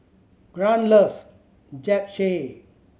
Grant loves Japchae